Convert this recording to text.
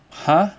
!huh!